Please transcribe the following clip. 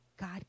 God